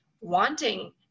wanting